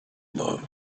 love